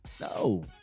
no